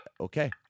okay